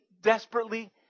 desperately